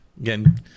again